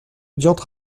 diantre